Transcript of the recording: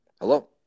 Hello